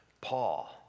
Paul